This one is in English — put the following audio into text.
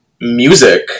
music